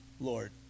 Lord